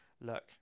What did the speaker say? look